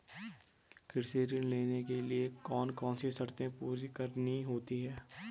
कृषि ऋण लेने के लिए कौन कौन सी शर्तें पूरी करनी होती हैं?